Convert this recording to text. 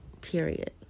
period